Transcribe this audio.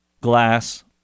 glass